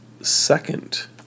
second